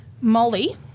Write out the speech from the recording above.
Molly